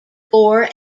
four